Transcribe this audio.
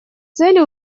цели